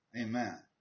Amen